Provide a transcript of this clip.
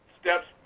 steps